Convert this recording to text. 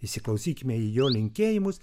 įsiklausykime į jo linkėjimus